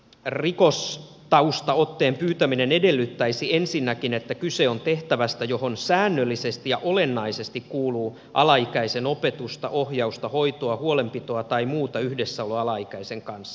rikostaustaotteen pyytäminen edellyttäisi ensinnäkin että kyse on tehtävästä johon säännöllisesti ja olennaisesti kuuluu alaikäisen opetusta ohjausta hoitoa huolenpitoa tai muuta yhdessäoloa alaikäisen kanssa